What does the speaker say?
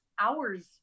hours